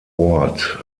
ort